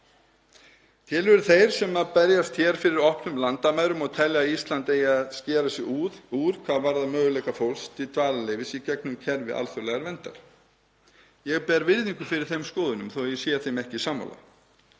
Til eru þeir sem berjast hér fyrir opnum landamærum og telja að Ísland eigi að skera sig úr hvað varðar möguleika fólks til dvalarleyfis í gegnum kerfi alþjóðlegrar verndar. Ég ber virðingu fyrir þeim skoðunum þótt ég sé þeim ekki sammála.